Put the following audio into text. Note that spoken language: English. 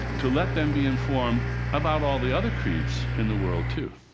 to let them be informed about all the other creeds in the world, too.